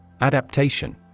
Adaptation